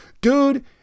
Dude